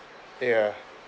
ya